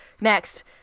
Next